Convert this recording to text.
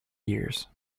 years